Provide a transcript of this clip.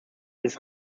des